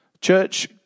Church